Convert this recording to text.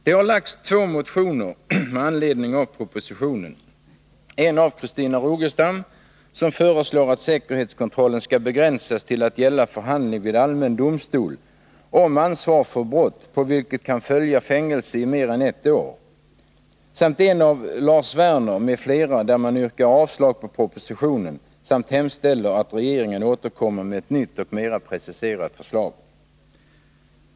Det har väckts två motioner med anledning av propositionen, en av Christina Rogestam, som föreslår att säkerhetskontrollen begränsas till att gälla förhandling vid allmän domstol om ansvar för brott, på vilket kan följa fängelse i mer än ett år, och en av Lars Werner m.fl. där man yrkar avslag på propositionen samt hemställer att regeringen återkommer med ett nytt och mera preciserat förslag.